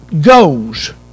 goes